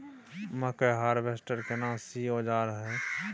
मकई हारवेस्टर केना सी औजार हय?